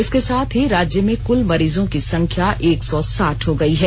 इसके साथ ही राज्य में कल मरीजों की संख्या एक सौ साठ हो गई है